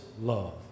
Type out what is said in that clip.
love